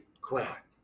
quack